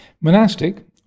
Monastic